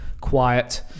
quiet